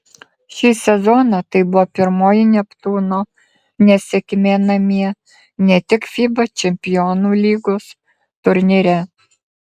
šį sezoną tai buvo pirmoji neptūno nesėkmė namie ne tik fiba čempionų lygos turnyre